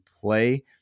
play